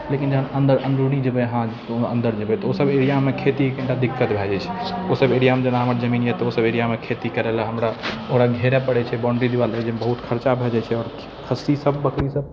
लेकिन जहन अन्दर अन्दरूनी जेबै अहाँ गाँवमे अन्दर जेबै तऽ ओसब एरियामे खेती कनिटा दिक्कत भऽ जाइ छै ओसब एरियामे जेना हमर जमीन अइ तऽ ओसब एरियामे खेती करैलए हमरा ओकरा घेरऽ परै छै बाउण्ड्री वॉल देबैमे बहुत खरचा भऽ जाइ छै खस्सीसब बकरीसब